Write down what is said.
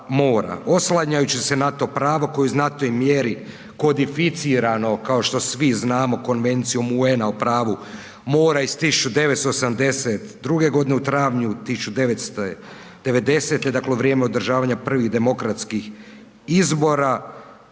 Oslanjajući se na to pravo koje je u znatnoj mjeri kodificirano kao što svi znamo Konvencijom UN-a o pravu mora iz 1972. godine u travnju 1990., dakle u vrijeme održavanja prvih demokratskih izbora